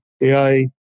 AI